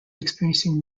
experiencing